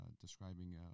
describing